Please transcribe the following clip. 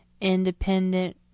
Independent